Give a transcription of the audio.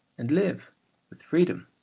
and live with freedom.